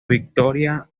victoria